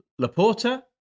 Laporta